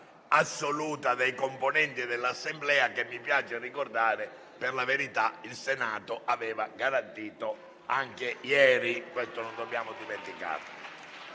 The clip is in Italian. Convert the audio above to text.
assoluta dei componenti dell'Assemblea che, mi piace ricordare, per la verità il Senato aveva garantito anche ieri. Pertanto, la votazione